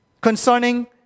Concerning